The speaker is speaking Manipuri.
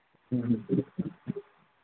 ꯎꯝꯍꯨꯝ